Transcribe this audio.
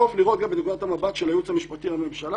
טוב לראות גם מנקודת המבט של הייעוץ המשפטי לממשלה,